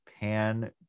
Pan